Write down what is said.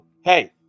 hey